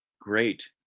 Great